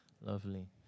Lovely